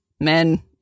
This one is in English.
men